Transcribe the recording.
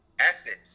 assets